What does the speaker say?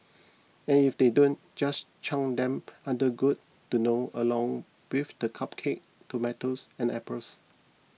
and if they don't just chuck them under good to know along with the cupcake tomatoes and apples